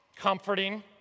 comforting